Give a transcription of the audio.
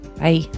Bye